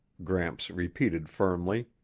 gramps repeated firmly.